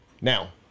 Now